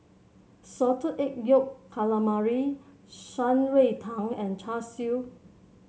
Salted Egg Yolk Calamari Shan Rui Tang and Char Siu